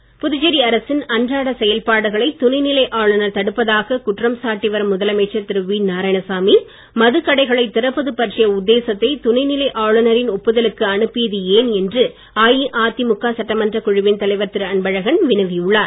அன்பழகன் புதுச்சேரி அரசின் அன்றாட செயல்பாடுகளை துணை நிலை ஆளுநர் தடுப்பதாக குற்றம் சாட்டி வரும் முதலமைச்சர் திரு வி நாராயணசாமி மதுக்கடைகளை திறப்பது பற்றிய உத்தேசத்தை துணை நிலை ஆளுநரின் ஒப்புதலுக்கு அனுப்பியது ஏன் என்று அஇஅதிமுக சட்டமன்றக் குழுவின் தலைவர் திரு அன்பழகன் வினவி உள்ளார்